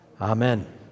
Amen